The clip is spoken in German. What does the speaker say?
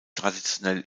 traditionell